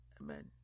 Amen